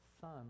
son